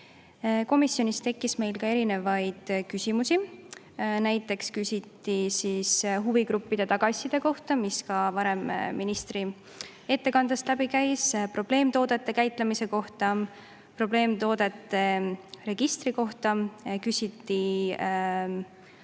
Komisjonis tekkis meil ka erinevaid küsimusi. Näiteks küsiti huvigruppide tagasiside kohta, mis varem ka ministri ettekandest läbi käis, ja probleemtoodete käitlemise kohta. Probleemtoodete registri kohta küsiti, kas